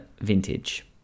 vintage